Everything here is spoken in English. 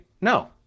no